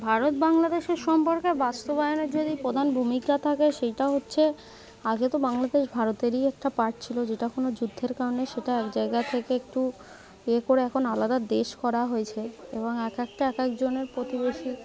ভারত বাংলাদেশের সম্পর্কে বাস্তবায়নের যদি প্রধান ভূমিকা থাকে সেইটা হচ্ছে আগে তো বাংলাদেশ ভারতেরই একটা পার্ট ছিলো যেটা কোনো যুদ্ধের কারণে সেটা এক জায়গা থেকে একটু ইয়ে করে এখন আলাদা দেশ করা হয়েছে এবং এক একটা এক একজনের প্রতিবেশী